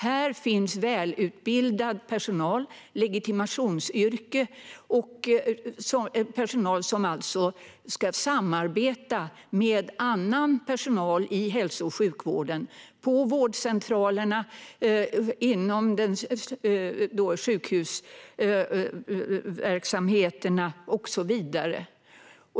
Här finns välutbildad legitimerad personal som ska samarbeta med annan personal i hälso och sjukvården - på vårdcentralerna, inom sjukhusverksamheterna och så vidare.